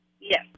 Yes